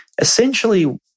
Essentially